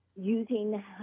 using